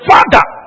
Father